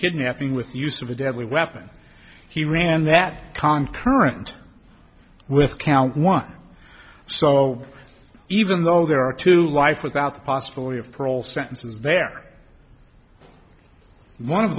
kidnapping with the use of a deadly weapon he ran that con corrent with count one so even though there are two life without the possibility of parole sentences there one of